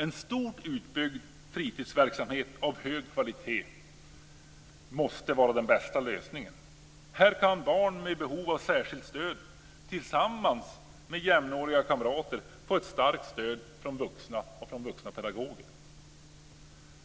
En stort utbyggd fritidsverksamhet av hög kvalitet måste vara den bästa lösningen. Här kan barn med behov av särskilt stöd, tillsammans med sina jämnåriga kamrater, få ett starkt stöd från vuxna pedagoger.